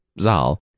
Zal